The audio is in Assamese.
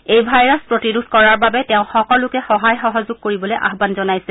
এই ভাইৰাছ প্ৰতিৰোধ কৰাৰ বাবে তেওঁ সকলোকে সহায় সহযোগ কৰিবলৈ আহান জনাইছে